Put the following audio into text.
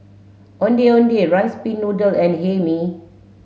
Ondeh Ondeh rice pin noodle and Hae Mee